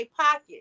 pocket